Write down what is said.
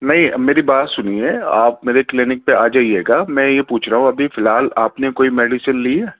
نہیں میری بات سنیے آپ میرے کلینک پہ آ جائیے گا میں یہ پوچھ رہا ہوں ابھی فی الحال آپ نے کوئی میڈیسن لی ہے